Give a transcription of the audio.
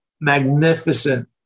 magnificent